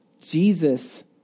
Jesus